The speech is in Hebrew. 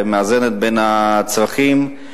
מאזנת בין הצרכים,